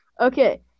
okay